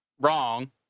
wrong